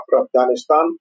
Afghanistan